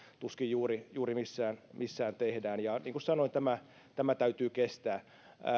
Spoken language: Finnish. tuskin juuri juuri missään missään tehdään ja niin kuin sanoin tämä täytyy kestää